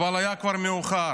אבל היה כבר מאוחר.